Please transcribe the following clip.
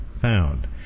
found